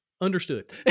understood